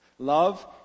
Love